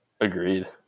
agreed